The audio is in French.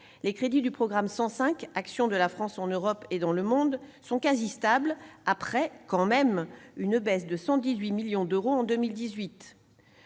Les crédits du programme 105, « Action de la France en Europe et dans le monde » sont quasi stables, après, quand même, une baisse de 118 millions d'euros en 2018.